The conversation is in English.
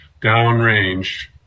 downrange